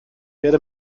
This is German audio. werde